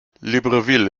libreville